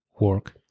work